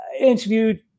interviewed